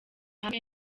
hamwe